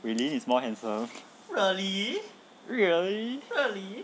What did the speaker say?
wei lin is more handsome really